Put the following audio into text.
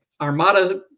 Armada